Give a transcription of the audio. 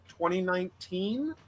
2019